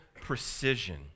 precision